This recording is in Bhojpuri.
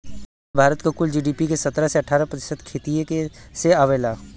यही से भारत क कुल जी.डी.पी के सत्रह से अठारह प्रतिशत खेतिए से आवला